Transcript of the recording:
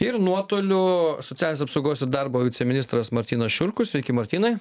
ir nuotoliu socialinės apsaugos ir darbo viceministras martynas šiurkus sveiki martynai